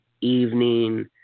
evening